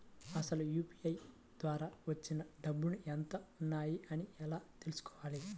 అసలు యూ.పీ.ఐ ద్వార వచ్చిన డబ్బులు ఎంత వున్నాయి అని ఎలా తెలుసుకోవాలి?